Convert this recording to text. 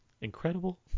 Incredible